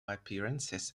appearances